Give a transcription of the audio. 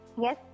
Yes